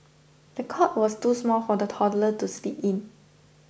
the cot was too small for the toddler to sleep in